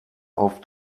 auf